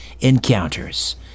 encounters